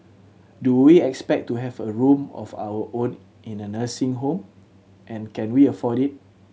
do we expect to have a room of our own in a nursing home and can we afford it